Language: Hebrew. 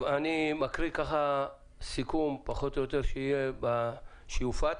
אני מקריא סיכום שיופץ.